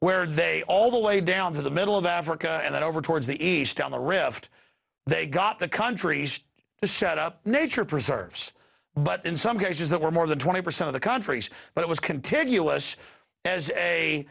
where they all the way down to the middle of africa and then over towards the east on the rift they got the countries to set up nature preserves but in some cases that were more than twenty percent of the countries but it was contiguous as a